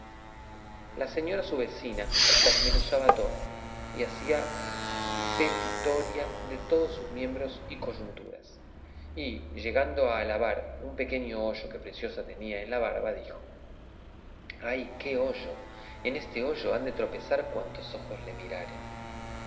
la señora su vecina la desmenuzaba toda y hacía pepitoria de todos sus miembros y coyunturas y llegando a alabar un pequeño hoyo que preciosa tenía en la barba dijo ay qué hoyo en este hoyo han de tropezar cuantos ojos le miraren